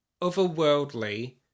otherworldly